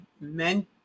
men